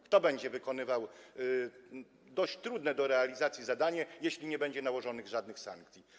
Kto będzie wykonywał dość trudne do realizacji zadanie, jeśli nie będzie nałożonych żadnych sankcji?